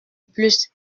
plus